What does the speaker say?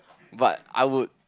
but I would